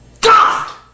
God